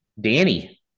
Danny